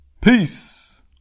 Peace